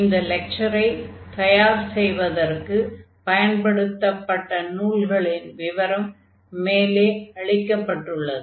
இந்த லெக்சரை தயார் செய்வதற்காகப் பயன்படுத்தப்பட்ட நூல்களின் விவரம் மேலே அளிக்கப்பட்டுள்ளது